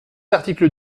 article